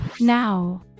Now